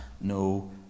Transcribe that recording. no